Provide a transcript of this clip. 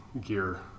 gear